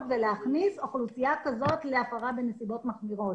ולהכניס אוכלוסייה כזאת להפרה בנסיבות מחמירות.